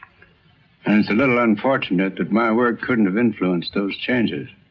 and it's a little unfortunate that my work couldn't have influenced those changes.